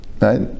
right